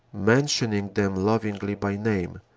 mentioning them lovingly by name,